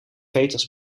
veters